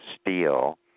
steel